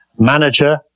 Manager